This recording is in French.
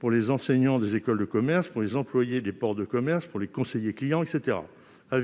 pour les enseignants des écoles de commerce, pour les employés des ports de commerce, pour les conseillers clients, etc. La